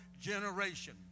generation